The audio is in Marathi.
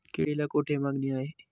केळीला कोठे मागणी आहे?